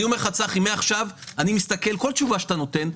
צחי, מעכשיו אני מסתכל על כל תשובה שאתה נותן.